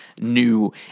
new